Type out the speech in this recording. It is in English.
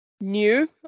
new